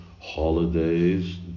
holidays